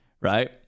right